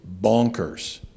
bonkers